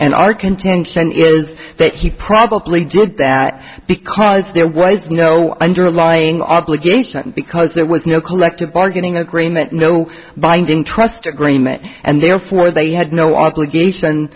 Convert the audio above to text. and our contention is that he probably did that because there was no underlying obligation because there was no collective bargaining agreement no binding trust agreement and therefore they had no obligation